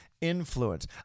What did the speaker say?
influence